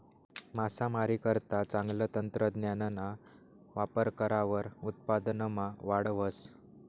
मासामारीकरता चांगलं तंत्रज्ञानना वापर करावर उत्पादनमा वाढ व्हस